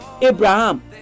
Abraham